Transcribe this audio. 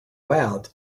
out